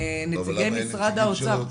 אבל למה אין נציגים של האוצר?